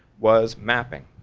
was mapping.